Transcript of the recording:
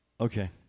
Okay